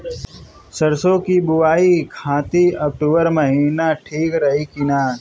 सरसों की बुवाई खाती अक्टूबर महीना ठीक रही की ना?